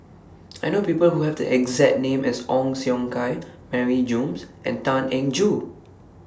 I know People Who Have The exact name as Ong Siong Kai Mary Gomes and Tan Eng Joo